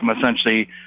Essentially